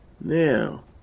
Now